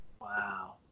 Wow